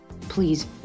Please